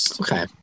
okay